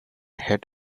head